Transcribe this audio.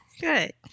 Good